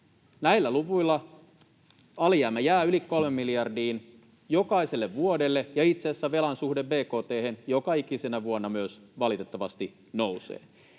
Näillä luvuilla alijäämä jää yli 3 miljardiin jokaiselle vuodelle ja itse asiassa velan suhde bkt:hen joka ikisenä vuonna myös valitettavasti nousee.